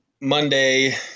Monday